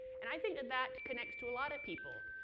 and i think that that connects to a lot of people,